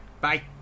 Bye